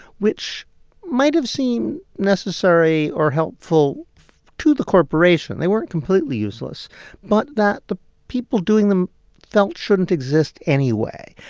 which might have seemed necessary or helpful to the corporation they weren't completely useless but that the people doing them felt shouldn't exist anyway,